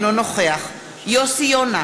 אינו נוכח יוסי יונה,